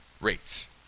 rates